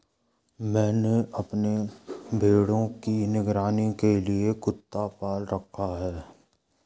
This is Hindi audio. मैंने अपने भेड़ों की निगरानी के लिए कुत्ता पाल रखा है